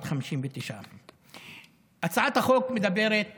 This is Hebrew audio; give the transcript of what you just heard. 7,459. הצעת החוק מדברת